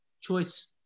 choice